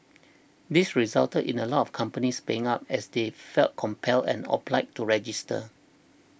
this resulted in a lot of companies paying up as they felt compelled and obliged to register